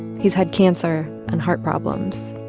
he's had cancer and heart problems.